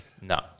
No